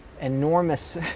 enormous